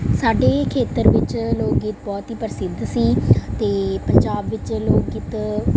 ਸਾਡੇ ਖੇਤਰ ਵਿੱਚ ਲੋਕ ਗੀਤ ਬਹੁਤ ਹੀ ਪ੍ਰਸਿੱਧ ਸੀ ਅਤੇ ਪੰਜਾਬ ਵਿੱਚ ਲੋਕ ਗੀਤ